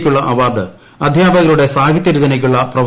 ക്കുള്ള award അധ്യാപകരുടെ സാഹിത്യ രചനയ്ക്കുള്ള പ്രൊഫ